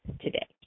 today